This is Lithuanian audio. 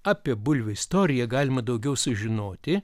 apie bulvių istoriją galima daugiau sužinoti